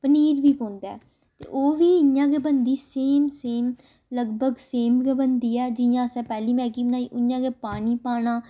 पनीर बी पौंदा ऐ ओह् बी इ'यां गै बनदी सेम सेम लगभग सेम गै बनदी ऐ जियां असें पैह्ली मैगी बनाई उ'आं गै पानी पाना